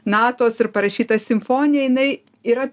natos ir parašyta simfonija jinai yra